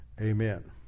amen